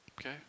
Okay